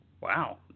Wow